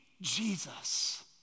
Jesus